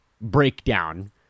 breakdown